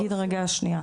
רגע, אני אגיד.